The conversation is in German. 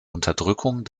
unterdrückung